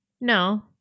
No